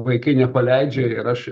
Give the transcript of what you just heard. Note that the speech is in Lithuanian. vaikai nepaleidžia ir aš